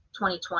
2020